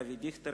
אבי דיכטר,